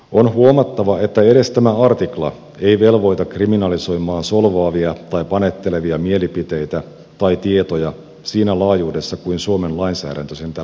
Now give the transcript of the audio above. on huomattava että edes tämä artikla ei velvoita kriminalisoimaan solvaavia tai panettelevia mielipiteitä tai tietoja siinä laajuudessa kuin suomen lainsäädäntö sen tällä hetkellä tekee